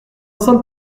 sommes